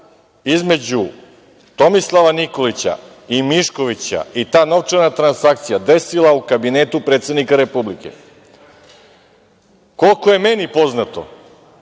između Tomislava Nikolića i Miškovića i ta novčana transakcija, desila u kabinetu predsednika Republike. Koliko je meni poznato,